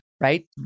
right